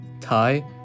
Thai